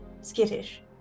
skittish